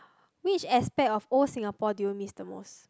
which aspect of old Singapore do you miss the most